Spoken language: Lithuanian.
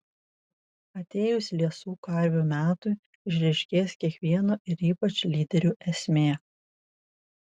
atėjus liesų karvių metui išryškės kiekvieno ir ypač lyderių esmė